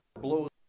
blows